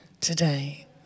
today